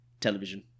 television